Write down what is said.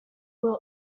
will